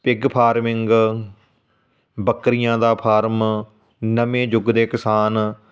pig farming ਬੱਕਰੀਆਂ ਦਾ farm ਨਵੇਂ ਯੁੱਗ ਦੇ ਕਿਸਾਨ